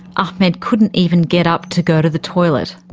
ahmed couldn't even get up to go to the toilet.